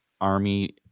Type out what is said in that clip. army